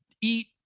eat